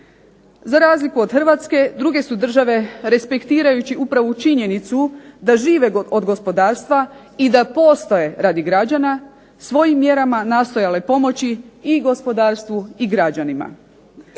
Za razliku od Hrvatske druge su države respektirajući upravo činjenicu da žive od gospodarstva i da postoje radi građana svojim mjerama nastojale pomoći i gospodarstvu i građanima.